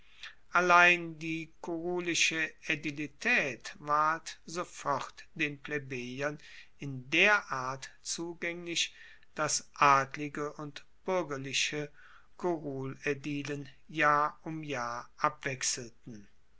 allein die kurulische aedilitaet ward sofort den plebejern in der art zugaenglich dass adlige und buergerliche kurulaedilen jahr um jahr abwechselten